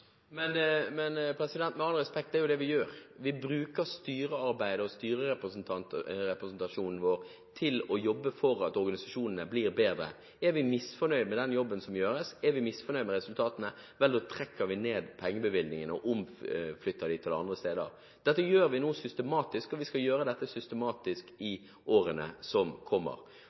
Med all respekt, det er jo dette vi gjør: Vi bruker styrearbeid og styrerepresentasjonen vår til å jobbe for at organisasjonene blir bedre. Er vi misfornøyd med den jobben som gjøres, er vi misfornøyd med resultatene, setter vi ned pengebevilgningene og flytter dem til andre steder. Dette gjør vi nå systematisk, og vi skal gjøre dette systematisk i årene som kommer.